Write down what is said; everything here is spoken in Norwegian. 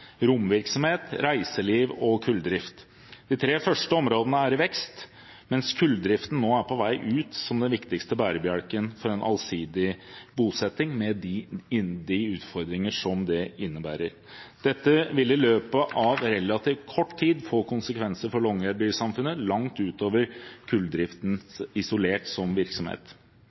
romvirksomhet, reiseliv og kulldrift. De tre første områdene er i vekst, mens kulldriften nå er på vei ut som den viktigste bærebjelken for en allsidig bosetting, med de utfordringer som det innebærer. Dette vil i løpet av relativt kort tid få konsekvenser for longyearbysamfunnet langt utover